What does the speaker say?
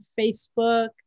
facebook